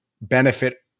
benefit